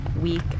week